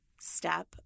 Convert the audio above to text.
step